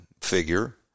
figure